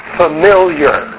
familiar